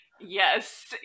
yes